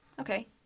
okay